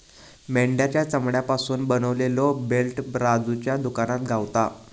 मेंढ्याच्या चामड्यापासून बनवलेलो बेल्ट राजूच्या दुकानात गावता